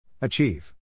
Achieve